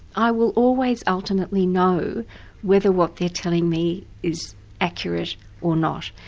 i will always ultimately know whether what they're telling me is accurate or not.